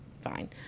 fine